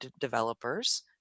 developers